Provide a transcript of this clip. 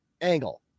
angle